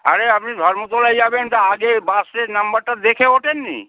আরে আপনি ধর্মতলায় যাবেন তা আগে বাসের নাম্বারটা দেখে ওঠেননি